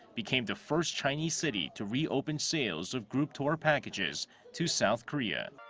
became the first chinese city to reopen sales of group tour packages to south korea.